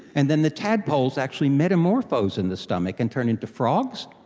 and then the tadpoles actually metamorphose in the stomach and turn into frogs.